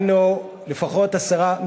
להצבעה.